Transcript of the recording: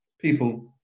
people